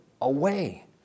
away